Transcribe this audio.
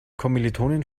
kommilitonin